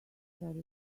sheriff